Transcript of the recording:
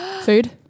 Food